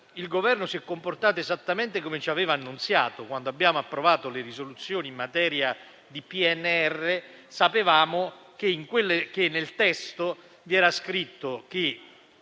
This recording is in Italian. il Governo si è comportato esattamente come aveva annunziato. Quando abbiamo approvato le risoluzioni in materia di PNRR,